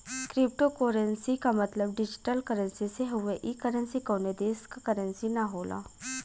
cryptocurrency क मतलब digital currency से हउवे ई करेंसी कउनो देश क करेंसी न होला